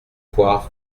square